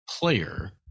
player